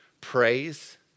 praise